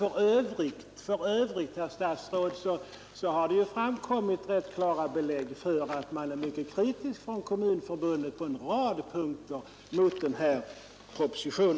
För övrigt, herr statsråd, har det framkommit rätt klara belägg för att Kommunförbundet på en rad punkter är mycket kritiskt mot denna proposition.